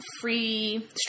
free